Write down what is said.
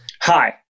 hi